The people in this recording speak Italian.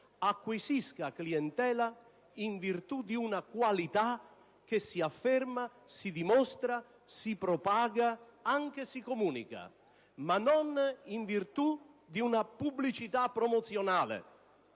acquisisca clientela in virtù di una qualità che si afferma, si dimostra, si propaga, anche si comunica, ma non in virtù di una pubblicità promozionale.